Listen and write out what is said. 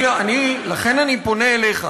לכן אני פונה אליך,